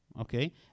okay